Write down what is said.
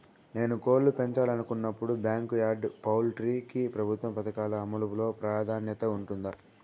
నేను కోళ్ళు పెంచాలనుకున్నపుడు, బ్యాంకు యార్డ్ పౌల్ట్రీ కి ప్రభుత్వ పథకాల అమలు లో ప్రాధాన్యత ఉంటుందా?